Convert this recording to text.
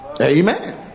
Amen